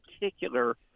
particular